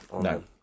No